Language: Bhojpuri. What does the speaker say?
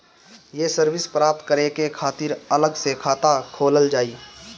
ये सर्विस प्राप्त करे के खातिर अलग से खाता खोलल जाइ?